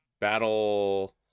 Battle